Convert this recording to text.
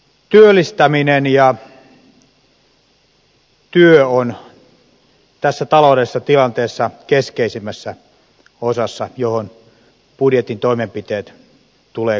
työllistäminen ja työ on tässä taloudellisessa tilanteessa keskeisimmässä osassa johon budjetin toimenpiteet tulee kohdistaa